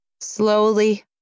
Slowly